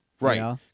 right